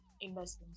investments